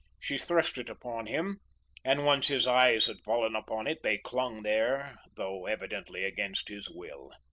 she thrust it upon him and once his eyes had fallen upon it, they clung there though evidently against his will.